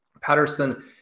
Patterson